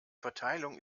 verteilung